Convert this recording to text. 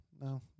no